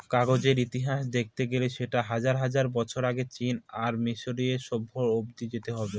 কাগজের ইতিহাস দেখতে গেলে সেটা হাজার হাজার বছর আগে চীন আর মিসরীয় সভ্য অব্দি যেতে হবে